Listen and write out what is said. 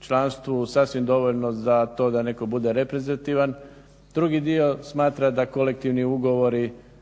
članstvu sasvim dovoljno za to da netko bude reprezentativan. Drugi dio smatra da kolektivni ugovori